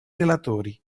relatori